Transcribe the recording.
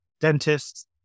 dentists